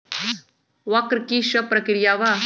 वक्र कि शव प्रकिया वा?